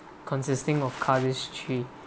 consisting of